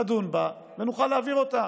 נדון בה ונוכל להעביר אותה.